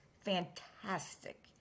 fantastic